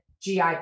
GI